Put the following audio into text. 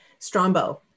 Strombo